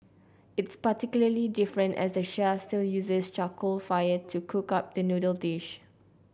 it's particularly different as the chef still uses charcoal fire to cook up the noodle dish